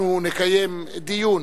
אנחנו נקיים דיון